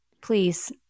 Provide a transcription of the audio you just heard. please